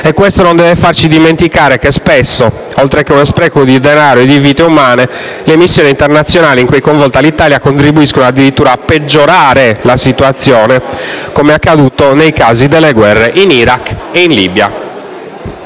E questo non deve farci dimenticare che spesso, oltre che uno spreco di denaro e di vite umane, le missioni internazionali in cui è coinvolta l'Italia contribuiscono addirittura a peggiorare la situazione, come è accaduto nei casi delle guerre in Iraq ed in Libia.